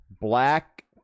black